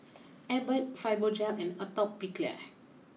Abbott Fibogel and Atopiclair